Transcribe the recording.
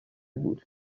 بود